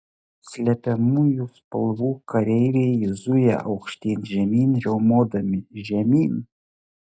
slepiamųjų spalvų kareiviai zuja aukštyn žemyn riaumodami žemyn